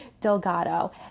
delgado